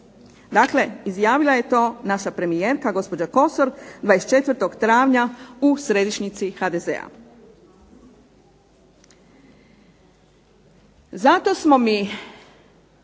Dakle, izjavila je to naša premijerka gospođa Kosor 24. travnja u središnjici HDZ-a.